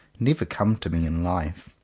never come to me in life.